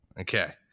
Okay